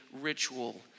ritual